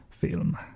Film